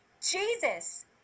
Jesus